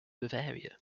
bavaria